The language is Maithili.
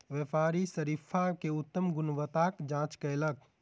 व्यापारी शरीफा के उत्तम गुणवत्ताक जांच कयलक